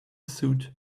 suit